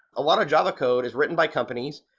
a lot of java code is written by companies,